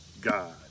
God